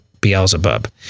Beelzebub